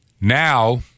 Now